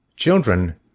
Children